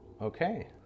Okay